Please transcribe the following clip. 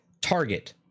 Target